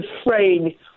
afraid